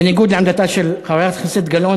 בניגוד לעמדתה של חברת הכנסת גלאון,